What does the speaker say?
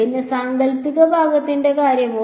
പിന്നെ സാങ്കൽപ്പിക ഭാഗത്തിന്റെ കാര്യമോ